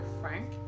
frank